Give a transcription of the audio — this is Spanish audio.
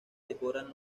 decoran